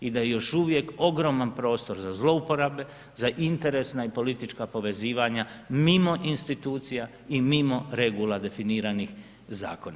I da je još uvijek ogroman prostor za zlouporabe, za interesna i politička povezivanja mimo institucija i mimo regula definiranih zakonom.